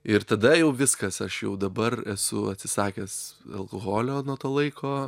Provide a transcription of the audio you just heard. ir tada jau viskas aš jau dabar esu atsisakęs alkoholio nuo to laiko